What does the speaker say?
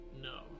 No